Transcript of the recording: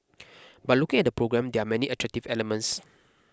but looking at the programme there are many attractive elements